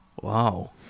Wow